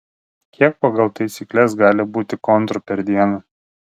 kiek pagal taisykles gali būti kontrų per dieną